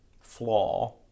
flaw